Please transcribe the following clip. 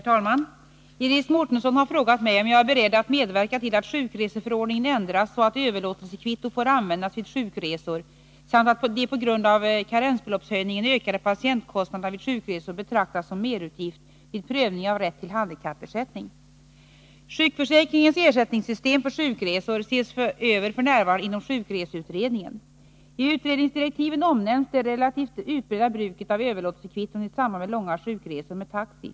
Herr talman! Iris Mårtensson har frågat mig om jag är beredd att medverka till att sjukreseförordningen ändras så att överlåtelsekvitto får användas vid sjukresor samt att de på grund av karensbeloppshöjningen ökade patientkostnaderna vid sjukresor betraktas som merutgift vid prövning av rätt till handikappersättning. Sjukförsäkringens ersättningssystem för sjukresor ses över f.n. inom sjukreseutredningen . I utredningsdirektiven omnämns det relativt utbredda bruket av överlåtelsekvitton i samband med långa sjukresor med taxi.